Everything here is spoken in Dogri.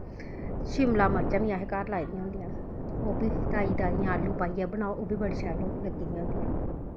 शिमला मर्चां बी असें घर लाई दियां होंदियां ओह् बी ताजियां ताजियां आलू पाइयै बनाओ ओह् बी बड़ियां शैल लग्गी दियां होंदियां